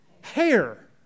Hair